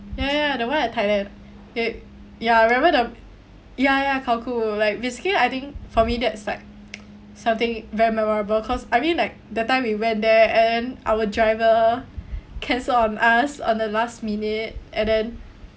ya ya ya the one at thailand ya ya remember the ya ya khao kho like basically I think for me that's like something very memorable cause I mean like that time we went there and our driver cancelled on us on the last minute and then